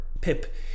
Pip